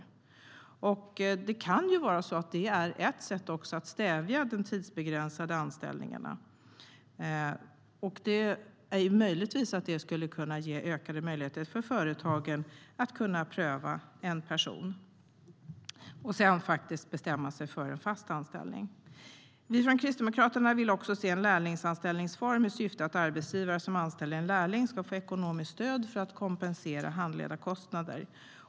Det skulle kunna vara ett sätt att stävja de tidsbegränsade anställningarna och ge företagen ökad möjlighet att pröva en person innan de bestämmer sig för fast anställning. Kristdemokraterna vill också se en lärlingsanställningsform där arbetsgivare som anställer en lärling ska få ekonomiskt stöd för att kompensera handledarkostnader.